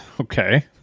Okay